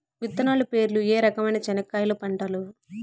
విత్తనాలు పేర్లు ఏ రకమైన చెనక్కాయలు పంటలు?